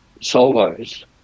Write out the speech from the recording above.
solos